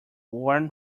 worn